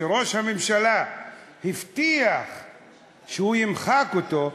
שראש הממשלה הבטיח שהוא ימחק אותו,